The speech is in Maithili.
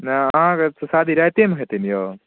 नहि अहाँकेँ तऽ शादी रातिएमे हेतै ने यौ